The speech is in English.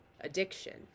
addiction